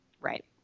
Right